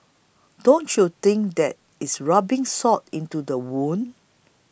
don't you think that is rubbing salt into the wound